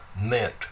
meant